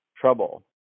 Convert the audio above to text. trouble